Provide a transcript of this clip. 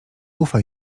ufaj